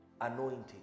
anointing